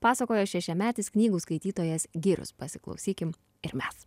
pasakojo šešiametis knygų skaitytojas girius pasiklausykim ir mes